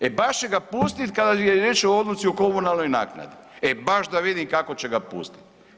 E, baš će ga pustiti kada je riječ o odluci o komunalnoj naknadi, e baš da vidim kako će ga pustiti.